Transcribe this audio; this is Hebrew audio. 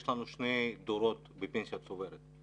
יש לנו שני דורות בפנסיה צוברת.